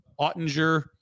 Ottinger